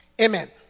amen